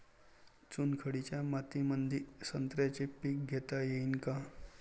चुनखडीच्या मातीमंदी संत्र्याचे पीक घेता येईन का?